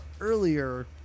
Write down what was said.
earlier